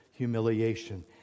Humiliation